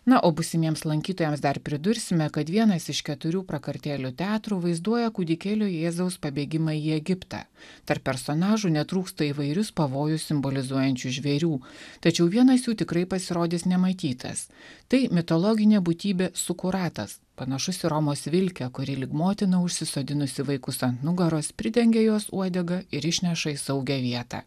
na o būsimiems lankytojams dar pridursime kad vienas iš keturių prakartėlių teatrų vaizduoja kūdikėlio jėzaus pabėgimą į egiptą tarp personažų netrūksta įvairius pavojus simbolizuojančių žvėrių tačiau vienas jų tikrai pasirodys nematytas tai mitologinė būtybė sukuratas panašus į romos vilkę kuri lyg motina užsisodinusi vaikus ant nugaros pridengia juos uodega ir išneša į saugią vietą